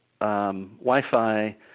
Wi-Fi